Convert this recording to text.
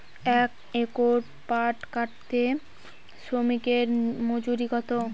এক একর পাট কাটতে শ্রমিকের মজুরি কত?